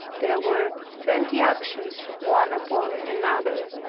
there were twenty actions one upon another,